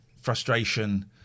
frustration